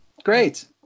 great